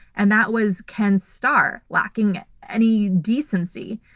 and that was ken starr lacking any decency.